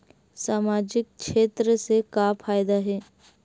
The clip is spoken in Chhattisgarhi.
सामजिक क्षेत्र से का फ़ायदा हे?